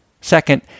Second